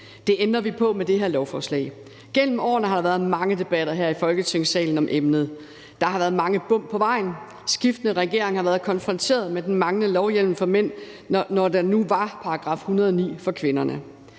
Det ændrer vi på med det her lovforslag. Gennem årene har der været mange debatter her i Folketingssalen om emnet. Der har været mange bump på vejen. Skiftende regeringer har været konfronteret med den manglende lovhjemmel for mænd, når der nu var § 109 for kvinderne.